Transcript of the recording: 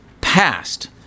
past